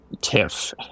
tiff